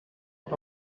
out